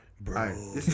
Bro